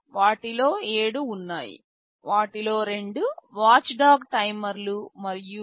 వాటిలో 7 ఉన్నాయి వాటిలో రెండు వాచ్ డాగ్ టైమర్లు మరియు USB 2